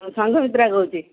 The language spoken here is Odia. ମୁଁ ସଂଘମିତ୍ରା କହୁଛି